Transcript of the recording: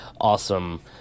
awesome